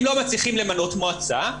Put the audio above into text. אם לא מצליחים למנות מועצה,